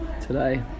today